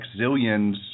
Zillions